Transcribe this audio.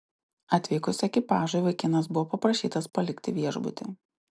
atvykus ekipažui vaikinas buvo paprašytas palikti viešbutį